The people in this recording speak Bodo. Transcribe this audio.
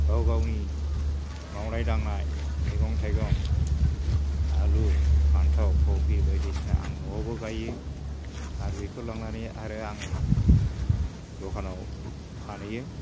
गाव गावनि मावनाय दांनाय मैगं थाइगं आलु फान्थाव कफि बायदिसिना आं नआवबो गायो आर बेखौ लांनानै आरो आङो दखानआव फानहैयो